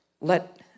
Let